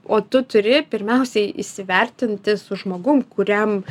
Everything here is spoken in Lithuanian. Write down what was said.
o tu turi pirmiausiai įsivertinti su žmogum kuriam